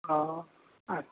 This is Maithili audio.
हॅं अच्छा